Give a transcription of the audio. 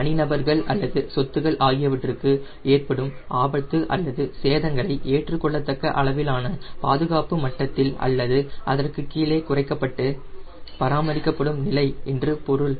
தனிநபர்கள் அல்லது சொத்துக்கள் ஆகியவற்றுக்கு ஏற்படும் ஆபத்து அல்லது சேதங்களை ஏற்றுக்கொள்ளத்தக்க அளவிலான பாதுகாப்பு மட்டத்தில் அல்லது அதற்குக் கீழே குறைக்கப்பட்டு பராமரிக்கப்படும் நிலை என்று பொருள்